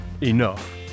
enough